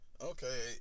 Okay